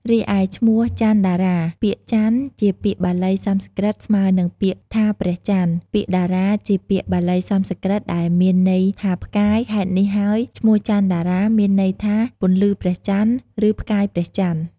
រីឯឈ្មោះ ច័ន្ទតារា ពាក្យច័ន្ទ ជាពាក្យបាលីសំស្ក្រឹតស្មើនឹងពាក្យថាព្រះចន្ទ ពាក្យតារា ជាពាក្យបាលីសំស្ក្រឹតដែលមានន័យថាផ្កាយ ហេតុនេះហើយឈ្មោះ ច័ន្ទតារា មានន័យថា ពន្លឺព្រះចន្ទ ឬ ផ្កាយព្រះចន្ទ។